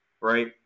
right